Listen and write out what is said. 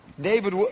David